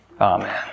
Amen